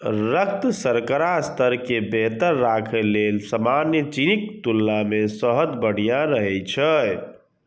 रक्त शर्करा स्तर कें बेहतर राखै लेल सामान्य चीनीक तुलना मे शहद बढ़िया रहै छै